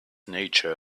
nature